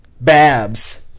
Babs